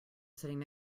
sitting